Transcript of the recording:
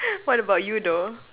what about you though